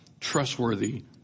trustworthy